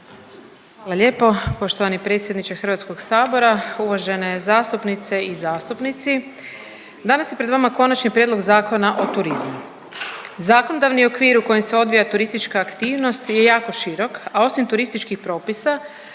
Hvala lijepo poštovani predsjedniče HS-a, uvažene zastupnice i zastupnici. Danas je pred vama Konačni prijedlog Zakona o turizmu. Zakonodavni okvir u kojem se odvija turistička aktivnost je jako široka, a osim turističkih propisa